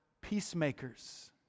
peacemakers